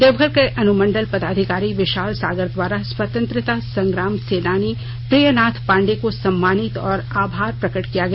देवघर के अनुमंडल पदाधिकारी विशाल सागर द्वारा स्वतंत्रता संग्राम सेनानी प्रियनाथ पाण्डेय को सम्मानित और आभार प्रकट किया गया